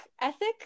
ethic